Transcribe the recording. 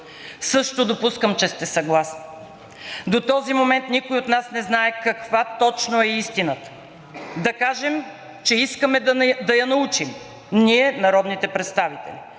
Също допускам, че сте съгласни. До този момент никой от нас не знае каква точно е истината. Да кажем, че искаме да я научим ние – народните представители.